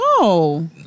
No